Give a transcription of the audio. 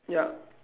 yup